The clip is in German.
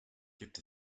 gibt